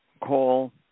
call